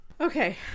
Okay